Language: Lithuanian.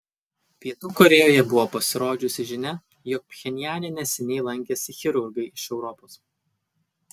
pietų korėjoje buvo pasirodžiusi žinia jog pchenjane neseniai lankėsi chirurgai iš europos